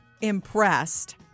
impressed